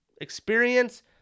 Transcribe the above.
experience